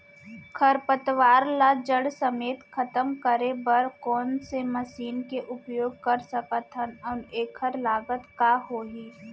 खरपतवार ला जड़ समेत खतम करे बर कोन से मशीन के उपयोग कर सकत हन अऊ एखर लागत का होही?